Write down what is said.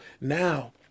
now